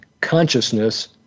consciousness